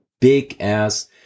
big-ass